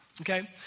okay